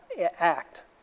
act